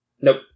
nope